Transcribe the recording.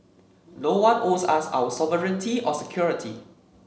no one owes us our sovereignty or security